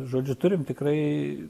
žodžiu turim tikrai